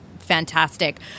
fantastic